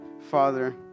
Father